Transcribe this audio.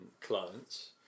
clients